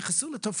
נשמח להמשיך לשתף